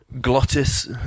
Glottis